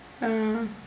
ah